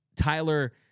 Tyler